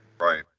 Right